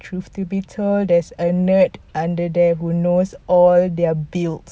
truth to be told there's a nerd under there who knows all their builds